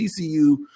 TCU